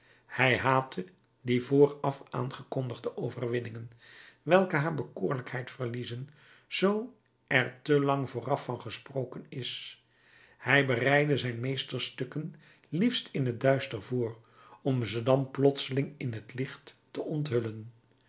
hij haatte die vooraf aangekondigde overwinningen welke haar bekoorlijkheid verliezen zoo er te lang vooraf van gesproken is hij bereidde zijn meesterstukken liefst in het duister voor om ze dan plotseling in t licht te onthullen